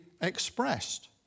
expressed